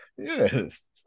Yes